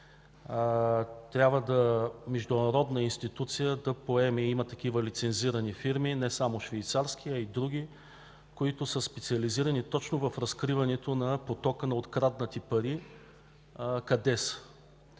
трябва международна институция да поеме – има такива лицензирани фирми, не само швейцарска, а и други, които са специализирани точно в разкриване на потока на откраднати пари,